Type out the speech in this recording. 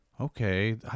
okay